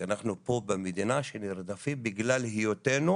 כי אנחנו פה במדינה של נרדפים בגלל היותנו